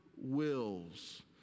wills